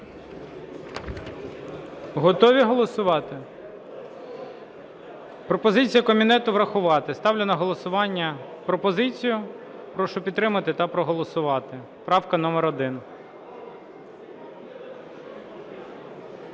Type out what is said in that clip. Готові голосувати? Пропозиція комітету врахувати. Ставлю на голосування пропозицію. Прошу підтримати та проголосувати. Правка номер 1.